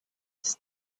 his